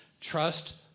trust